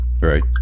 Right